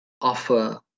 offer